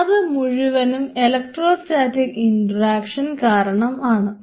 അത് മുഴുവനും electrostatic interaction കാരണം ആണ്